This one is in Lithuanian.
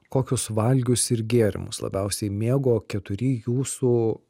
kokius valgius ir gėrimus labiausiai mėgo keturi jūsų